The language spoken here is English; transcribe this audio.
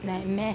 like